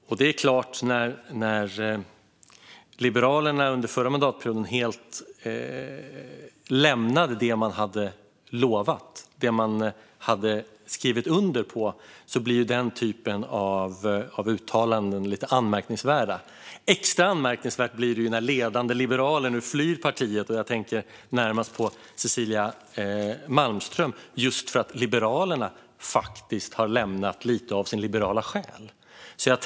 Med tanke på att Liberalerna under förra mandatperioden helt lämnade det man lovat och skrivit under på blir ju den typen av uttalanden lite anmärkningsvärda. Extra anmärkningsvärda blir de när ledande liberaler nu flyr partiet - jag tänker närmast på Cecilia Malmström - just för att Liberalerna faktiskt har lämnat lite av sin liberala själ.